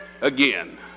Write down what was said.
again